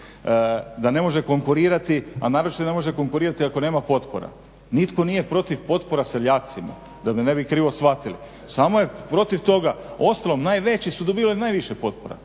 da ne može konkurirati, a naročito ne može konkurirati ako nema potpora. Nitko nije protiv potpora seljacima, da me ne bi krivo shvatili, samo je protiv toga. Uostalom, najveći su dobivali najviše potpora,